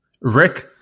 Rick